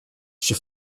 she